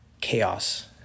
chaos